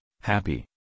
happy